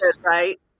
right